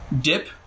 dip